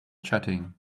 chatting